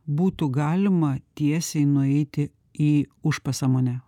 būtų galima tiesiai nueiti į užpasąmonę